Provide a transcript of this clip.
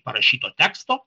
parašyto teksto